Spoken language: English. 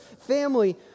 family